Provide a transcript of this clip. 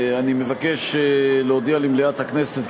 אני מבקש להודיע למליאת הכנסת,